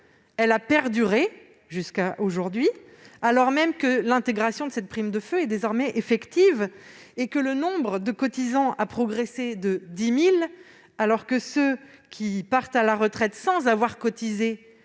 elle a perduré jusqu'à aujourd'hui. L'intégration de la prime de feu est désormais effective, le nombre de cotisants a progressé de 10 000 et le nombre de ceux qui partent à la retraite sans avoir cotisé